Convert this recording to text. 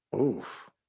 Oof